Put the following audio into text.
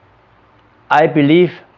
i believe